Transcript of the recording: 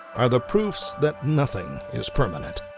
are the proofs that nothing is permanent.